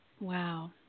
Wow